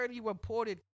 reported